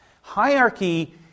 Hierarchy